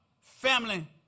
family